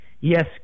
Yes